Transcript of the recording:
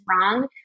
wrong